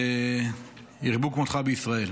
ירבו כמותך בישראל.